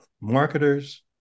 marketers